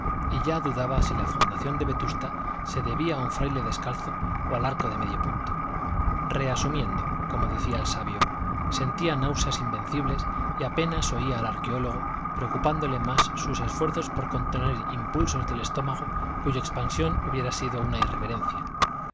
y ya dudaba si la fundación de vetusta se debía a un fraile descalzo o al arco de medio punto reasumiendo como decía el sabio sentía náuseas invencibles y apenas oía al arqueólogo preocupándole más sus esfuerzos por contener impulsos del estómago cuya expansión hubiera sido una irreverencia si